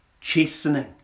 chastening